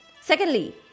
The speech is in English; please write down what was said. Secondly